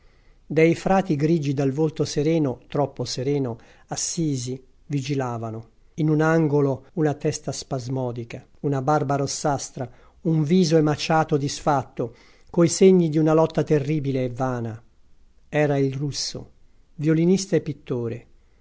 dei frati grigi dal volto sereno troppo sereno assisi vigilavano in un angolo una testa spasmodica una barba rossastra un viso emaciato disfatto coi segni di una lotta terribile e vana era il russo violinista e pittore